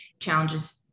challenges